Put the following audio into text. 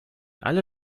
alle